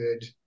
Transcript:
good